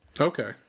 Okay